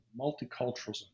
multiculturalism